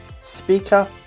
speaker